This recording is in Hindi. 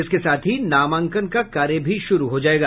इसके साथ ही नामांकन का कार्य भी शुरू हो जायेगा